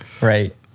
Right